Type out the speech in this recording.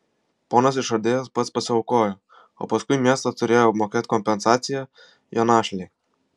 ponas išradėjas pats pasiaukojo o paskui miestas turėjo mokėt kompensaciją jo našlei